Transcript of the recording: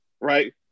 right